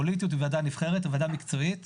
פוליטית, אלא ועדה מקצועית נבחרת.